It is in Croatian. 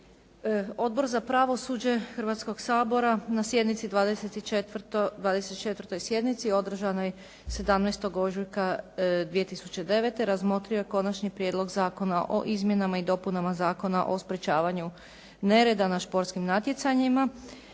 Odbor za pravosuđe Hrvatskog sabora na 24. sjednici održanoj 17. ožujka 2009. razmotrio je Konačni prijedlog o izmjenama i dopunama Zakona o sprečavanju nereda na športskim natjecanjima